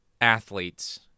athletes